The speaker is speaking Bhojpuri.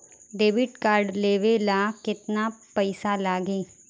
डेबिट कार्ड लेवे ला केतना पईसा लागी?